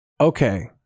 okay